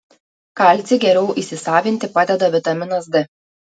kalcį geriau įsisavinti padeda vitaminas d